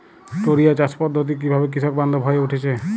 টোরিয়া চাষ পদ্ধতি কিভাবে কৃষকবান্ধব হয়ে উঠেছে?